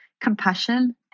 compassion